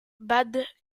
bad